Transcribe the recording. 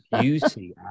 beauty